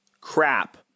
crap